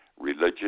religion